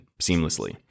seamlessly